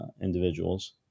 individuals